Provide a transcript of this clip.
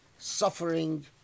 suffering